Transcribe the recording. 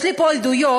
יש לי פה עדויות